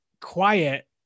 quiet